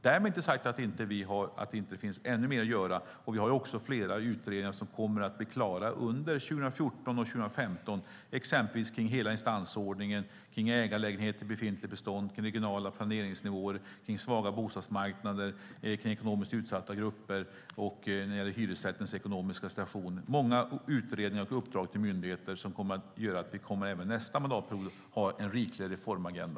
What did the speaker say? Därmed är inte sagt att det inte finns ännu mer att göra. Det finns också flera utredningar som kommer att bli klara under 2014 och 2015, exempelvis om instansordningen, om ägarlägenheter, om befintligt bestånd, om regionala planeringsnivåer, om svaga bostadsmarknader, om ekonomiskt utsatta grupper och om hyresrättens ekonomiska situation. Det är många utredningar och uppdrag till myndigheter som kommer att göra att vi även nästa mandatperiod kommer att ha en riklig reformagenda.